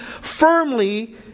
firmly